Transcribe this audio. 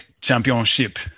Championship